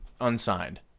unsigned